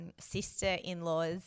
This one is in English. sister-in-laws